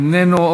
איננו,